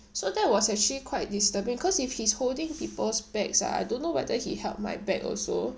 so that was actually quite disturbing cause if his holding people's bags ah I don't know whether he held my bag also